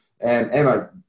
Emma